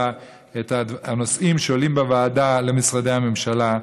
הנושאים שעולים בוועדה למשרדי הממשלה.